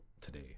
today